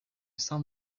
saint